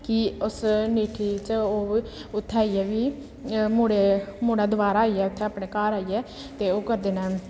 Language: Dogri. कि उस ङीठी च ओह् उत्थै आइयै बी मुड़े मुड़ा दोबारा आइयै उत्थै अपने घर आइयै ते ओह् करदे न